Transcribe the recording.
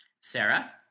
Sarah